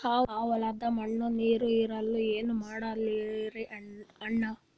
ಆ ಹೊಲದ ಮಣ್ಣ ನೀರ್ ಹೀರಲ್ತು, ಏನ ಮಾಡಲಿರಿ ಅಣ್ಣಾ?